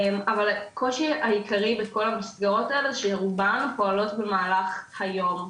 אבל הקושי העיקרי בכל המסגרות האלה זה שרובם פועלות במהלך היום,